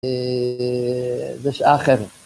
‫בשעה אחרת.